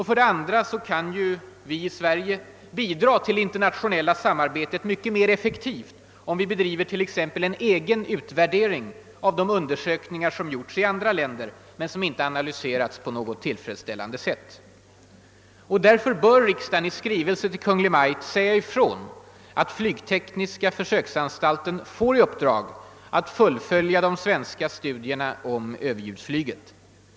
För det andra kan vi i Sverige bidra till det internationella samarbetet mycket mer effektivt, om vi bedriver t.ex. en egen utvärdering av de undersökningar som gjorts i andra länder men som inte analyserats på något tillfredsställande sätt. Därför bör riksdagen i skrivelse till Kungl. Maj:t säga ifrån, att flygtekniska försöksanstalten skall få i uppdrag att fullfölja de svenska studierna om överljudsflyget.